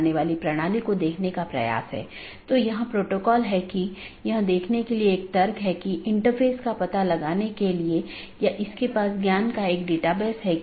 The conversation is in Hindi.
तो इसके लिए कुछ आंतरिक मार्ग प्रोटोकॉल होना चाहिए जो ऑटॉनमस सिस्टम के भीतर इस बात का ध्यान रखेगा और एक बाहरी प्रोटोकॉल होना चाहिए जो इन चीजों के पार जाता है